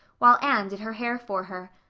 while anne did her hair for her.